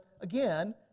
again